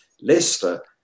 Leicester